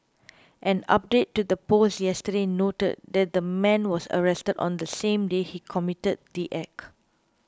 an update to the post yesterday noted that the man was arrested on the same day he committed the act